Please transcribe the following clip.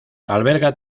alberga